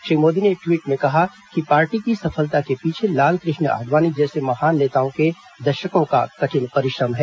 श्री मोदी ने टवीट में कहा कि पार्टी की सफलता के पीछे लाल कृष्ण आडवाणी जैसे महान नेताओं के दशकों का कठिन परिश्रम है